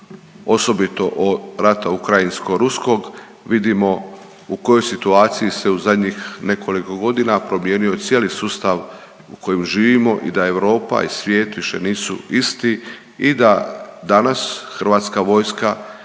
osobito rata ukrajinsko ruskog, vidimo u kojoj situaciji se u zadnjih nekoliko godina promijenio cijeli sustav u kojem živimo i da Europa i svijet više nisu isti i da danas HV i